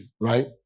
right